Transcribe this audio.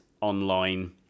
online